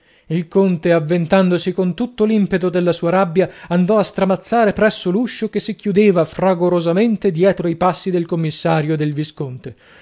il conte avventandosi con tutto l'impeto della sua rabbia andò a stramazzare presso l'uscio che si chiudeva fragorosamente dietro i passi del commissario e del visconte